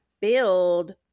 build